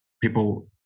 people